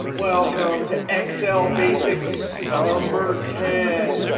welcome to excel basics number ten.